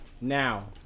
Now